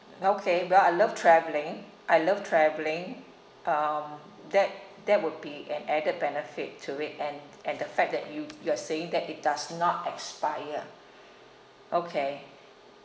okay well I love travelling I love travelling um that that would be an added benefit to it and and the fact that you you are saying that it does not expire okay